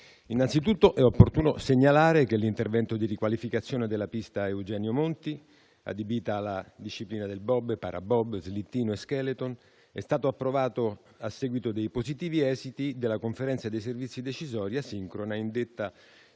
Innanzitutto, è opportuno segnalare che l'intervento di riqualificazione della pista "Eugenio Monti", adibita alla disciplina del bob e parabob, slittino e *skeleton*, è stato approvato a seguito dei positivi esiti della conferenza dei servizi decisoria sincrona indetta